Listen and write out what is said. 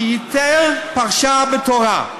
שייתר פרשה בתורה.